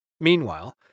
Meanwhile